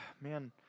man